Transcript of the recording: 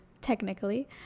technically